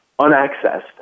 unaccessed